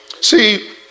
See